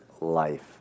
life